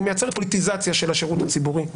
היא מייצרת פוליטיזציה של השירות הציבורי.